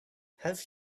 have